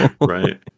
Right